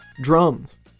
drums